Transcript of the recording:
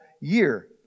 year